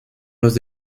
los